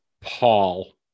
Paul